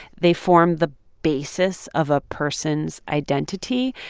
they form the basis of a person's identity.